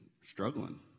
struggling